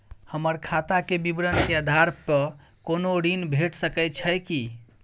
हमर खाता के विवरण के आधार प कोनो ऋण भेट सकै छै की?